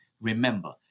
remember